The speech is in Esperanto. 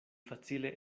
facile